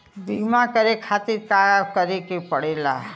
बीमा करे खातिर का करे के पड़ेला?